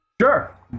sure